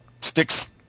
sticks